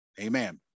Amen